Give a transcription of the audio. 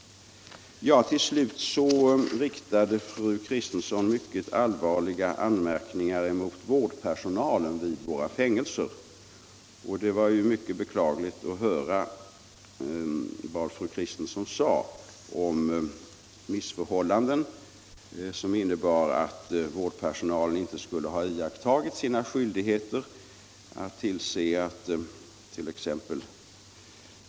Till slut riktade fru Kristensson mycket allvarliga anmärkningar mot vårdpersonalen vid våra fängelser. Det var mycket beklagligt att höra vad fru Kristensson sade om missförhållanden, som innebar att vårdpersonalen inte skulle ha iakttagit sina skyldigheter när det gäller tillsyn.